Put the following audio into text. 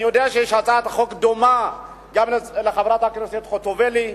אני יודע שיש הצעת חוק דומה גם לחברת הכנסת חוטובלי,